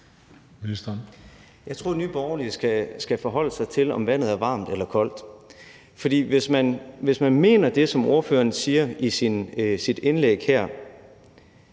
Jeg tror, at Nye Borgerlige skal forholde sig til, om vandet er varmt eller koldt. For hvis ordføreren mener det, som han siger i sit indlæg her,